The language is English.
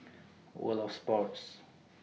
World of Sports